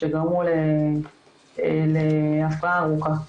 שגרמו להפרעה ארוכה.